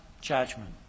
judgment